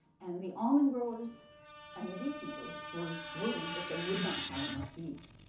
and the almond growers and the beekeepers were worried but they would not have enough bees.